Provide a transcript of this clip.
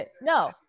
No